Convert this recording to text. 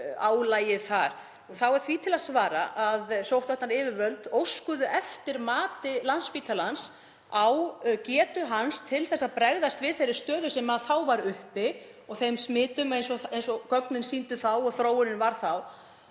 álagið þar? Þá er því til að svara að sóttvarnayfirvöld óskuðu eftir mati Landspítalans á getu hans til að bregðast við þeirri stöðu sem þá var uppi og þeim smitum sem gögnin sýndu þá og þróunin var þá.